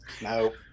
no